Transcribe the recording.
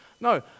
No